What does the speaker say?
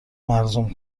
ملزم